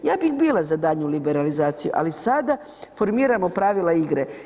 Ja bih bila za daljnju liberalizaciju ali sada formiramo pravila igre.